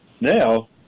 now